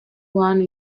one